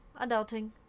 adulting